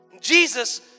Jesus